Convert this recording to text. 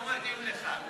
לא מתאים לך.